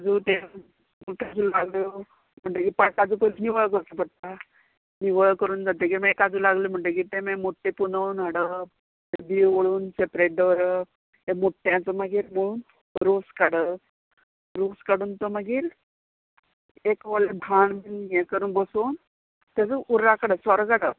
काजू त्यो काजू लागल्यो म्हणटगीर काजू पयली निवळ करचो पडटा निवळ करून जातकीर मागीर काजू लागल्यो म्हणटगीर ते मागीर मुट्टे पुनोवन हाडप ते बिंयो ओळून सेपरेट दवरप ते मुट्ट्यांचो मागीर मोळून रोस काडप रोस काडून तो मागीर एक व्हडलें भाण बी हे करून बसोवन तेजो उर्राक काडप सोरो काडप